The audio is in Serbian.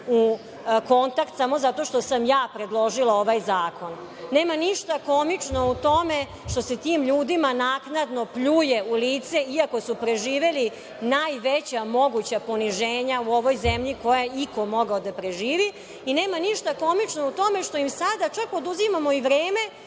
u kontakt, samo zato što sam ja predložila ovaj zakon. Nema ništa komično u tome što se tim ljudima naknadno pljuje u lice iako su preživeli najveća moguća poniženja u ovoj zemlji koja je iko mogao da preživi i nema ništa komično u tome što im sada čak oduzimamo vreme